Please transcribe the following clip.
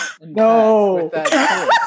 No